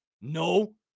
No